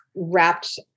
wrapped